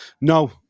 no